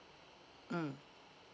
mm